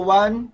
one